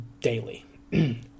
daily